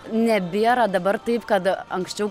nebėra dabar taip kad anksčiau